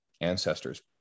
ancestors